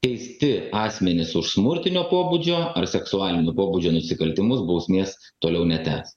teisti asmenys už smurtinio pobūdžio ar seksualinio pobūdžio nusikaltimus bausmės toliau netęs